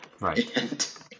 Right